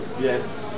yes